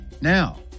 now